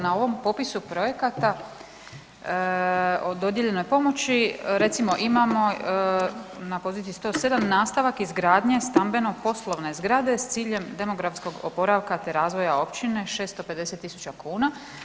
Na ovom popisu projekata o dodijeljenoj pomoći recimo imamo na poziciji 107 nastavak izgradnje stambeno-poslovne zgrade sa ciljem demografskog oporavka, te razvoja općine 650 000 kuna.